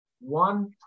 one